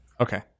Okay